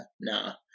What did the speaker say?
Nah